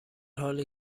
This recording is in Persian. حالی